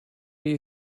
you